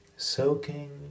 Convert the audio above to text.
soaking